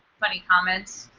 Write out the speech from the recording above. funny comments,